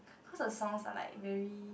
cause the songs are like very